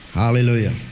Hallelujah